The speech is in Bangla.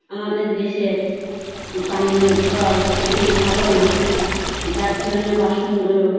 আমাদের দেশের পানীয় জল খুবই ভালো না যার জন্য বাসনগুলো